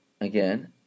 again